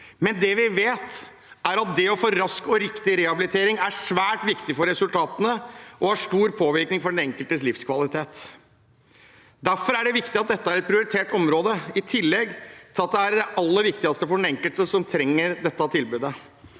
rus. Det vi vet, er at det å få rask og riktig rehabilitering er svært viktig for resultatene og har stor påvirkning på den enkeltes livskvalitet. Derfor er det viktig at dette er et prioritert område, i tillegg til at det er det aller viktigste for den enkelte som trenger dette tilbudet.